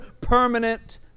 permanent